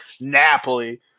Napoli